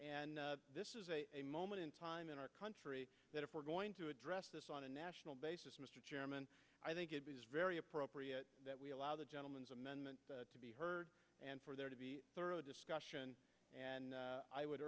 and this is a moment in time in our country that if we're going to address this on a national basis mr chairman i think it is very appropriate that we allow the gentleman's amendment to be heard and for there to be thorough discussion and i would